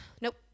Nope